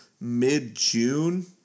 mid-June